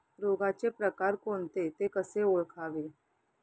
रोगाचे प्रकार कोणते? ते कसे ओळखावे?